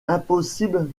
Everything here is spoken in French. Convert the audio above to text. impossible